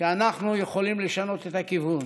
שאנחנו יכולים לשנות את הכיוון.